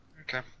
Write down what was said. Okay